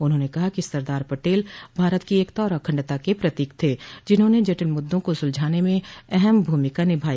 उन्होंने कहा कि सरदार पटेल भारत की एकता आर अखंडता के प्रतीक थे जिन्होंने जटिल मुद्दों को सुलझाने में अहम भूमिका निभाई